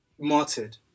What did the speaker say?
martyred